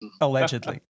allegedly